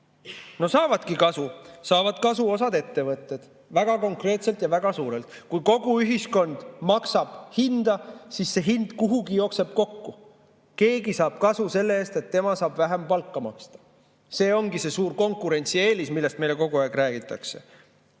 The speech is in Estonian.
No saavadki kasu. Kasu saavad osad ettevõtted, väga konkreetselt ja väga suurelt. Kui kogu ühiskond maksab hinda, siis see hind jookseb kuhugi kokku. Keegi saab kasu sellest, et tema saab vähem palka maksta. See ongi see suur konkurentsieelis, millest meile kogu aeg räägitakse.